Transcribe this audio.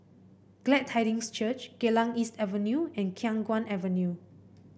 Glad Tidings Church Geylang East Avenue and Khiang Guan Avenue